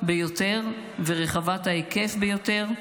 ביותר ורחבת ההיקף ביותר,